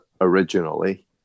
originally